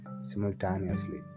simultaneously